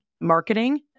marketing